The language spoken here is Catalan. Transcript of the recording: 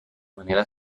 manera